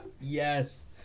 yes